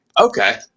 okay